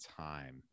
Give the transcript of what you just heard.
time